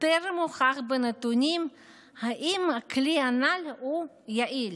טרם הוכח בנתונים אם הכלי הנ"ל יעיל.